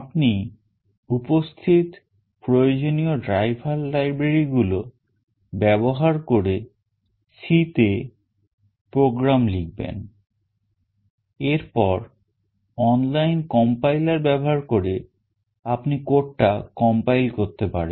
আপনি উপস্থিত প্রয়োজনীয় driver library গুলো ব্যবহার করে C তে program লিখবেন এরপর online compiler ব্যবহার করে আপনি code টা compile করতে পারেন